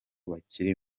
bakiri